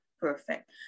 perfect